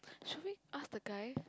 should we ask the guy